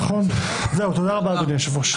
תודה רבה, אדוני היושב-ראש.